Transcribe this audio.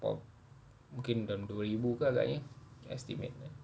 oh mungkin dalam dua ribu ke agaknya estimate nya